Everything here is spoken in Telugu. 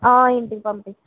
ఇంటికి పంపించండి